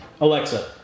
Alexa